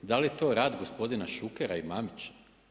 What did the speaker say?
Da li je to rad gospodina Šukera i Mamića?